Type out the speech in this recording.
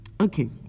okay